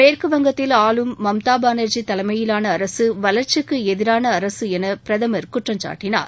மேற்குவங்கத்தில் ஆளும் மம்தாபானர்ஜி தலைமையிவான அரசு வளர்ச்சிக்கு எதிரான அரசு என பிரதமர் குற்றம் சாட்டினார்